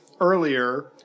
earlier